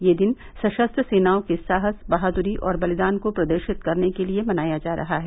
ये दिन सशस्त्र सेनाओं के साहस बहादुरी और बलिदान को प्रदर्शित करने के लिये मनाया जा रहा है